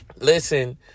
Listen